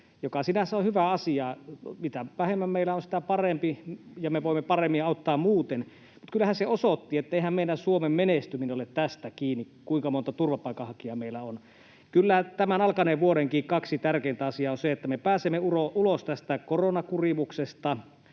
mikä sinänsä on hyvä asia: mitä vähemmän meillä on, sitä parempi, ja me voimme paremmin auttaa muuten. Mutta kyllähän se osoitti, että eihän meidän, Suomen, menestyminen ole tästä kiinni, kuinka monta turvapaikanhakijaa meillä on. Kyllä tämän alkaneen vuodenkin kaksi tärkeintä asiaa ovat, että me pääsemme ulos tästä koronakurimuksesta